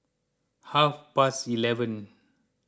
half past eleven